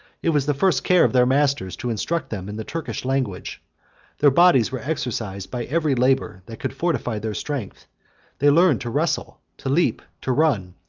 it was the first care of their masters to instruct them in the turkish language their bodies were exercised by every labor that could fortify their strength they learned to wrestle, to leap, to run,